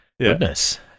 goodness